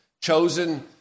Chosen